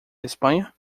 espanha